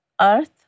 earth